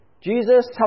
Jesus